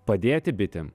padėti bitėm